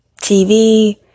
TV